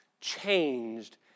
changed